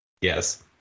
Yes